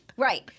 Right